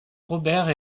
robert